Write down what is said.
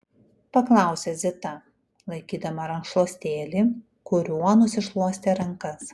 paklausė zita laikydama rankšluostėlį kuriuo nusišluostė rankas